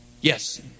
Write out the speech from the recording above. Yes